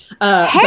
Hey